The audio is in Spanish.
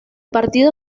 partido